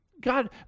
God